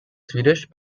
swedish